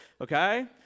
okay